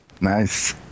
Nice